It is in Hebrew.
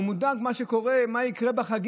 הוא מודאג ממה שיקרה בחגים.